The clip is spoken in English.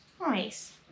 Nice